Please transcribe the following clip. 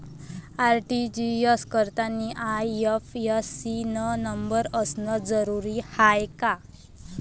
RTGS करतांनी IFSC न number असनं जरुरीच हाय का?